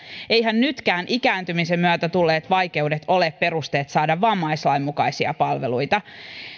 eiväthän nytkään ikääntymisen myötä tulleet vaikeudet ole peruste saada vammaislain mukaisia palveluita